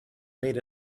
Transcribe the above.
made